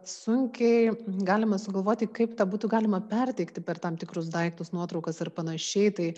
sunkiai galima sugalvoti kaip tą būtų galima perteikti per tam tikrus daiktus nuotraukas ir panašiai tai